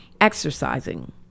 exercising